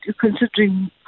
considering